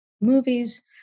movies